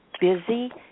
busy